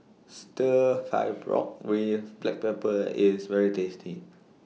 Stir Fry Pork with Black Pepper IS very tasty